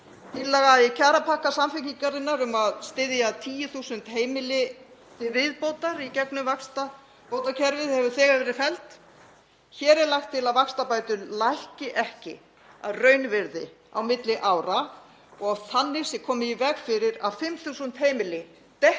Tillaga í kjarapakka Samfylkingarinnar um að styðja 10.000 heimili til viðbótar í gegnum vaxtabótakerfið hefur þegar verið felld. Hér er lagt til að vaxtabætur lækki ekki að raunvirði á milli ára og þannig sé komið í veg fyrir að 5.000 heimili detti